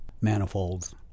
manifolds